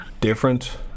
different